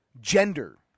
gender